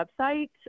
website